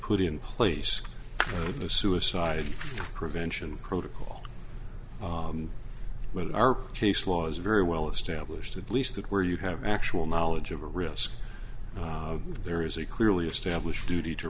put in place of the suicide prevention protocol but in our case laws very well established at least that where you have actual knowledge of a risk there is a clearly established duty to